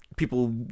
people